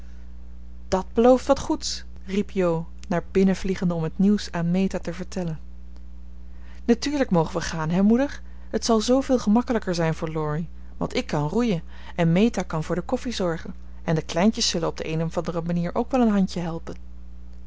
dat belooft wat goeds riep jo naar binnen vliegende om het nieuws aan meta te vertellen natuurlijk mogen we gaan hè moeder het zal zooveel gemakkelijker zijn voor laurie want ik kan roeien en meta kan voor de koffie zorgen en de kleintjes zullen op de een of andere manier ook wel een handje helpen